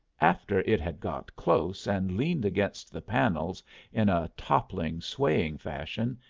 after it had got close and leaned against the panels in a toppling, swaying fashion,